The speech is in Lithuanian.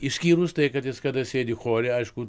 išskyrus tai kad jis kada sėdi chore aišku